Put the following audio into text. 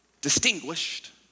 distinguished